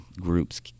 groups